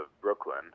Brooklyn